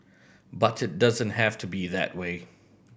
but it doesn't have to be that way